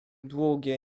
długie